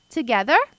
Together